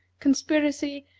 conspiracy,